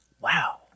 Wow